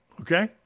Okay